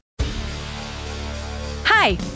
hi